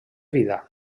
vida